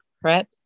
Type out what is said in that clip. prep